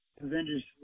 Avengers